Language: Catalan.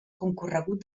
concorregut